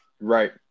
Right